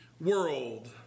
world